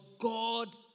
God